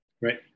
Right